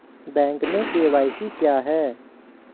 Bank में KYC क्या है?